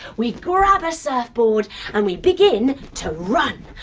we grab a surfboard and we begin to run.